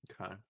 Okay